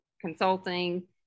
consulting